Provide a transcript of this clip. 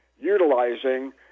utilizing